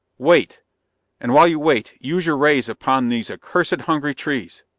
wait and while you wait, use your rays upon these accursed hungry trees!